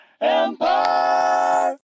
Empire